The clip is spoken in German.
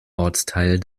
ortsteil